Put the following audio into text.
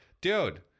dude